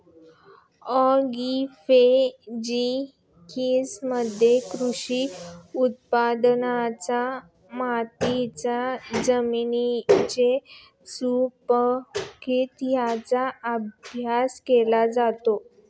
ॲग्रोफिजिक्समध्ये कृषी उत्पादनांचा मातीच्या जमिनीची सुपीकता यांचा अभ्यास केला जातो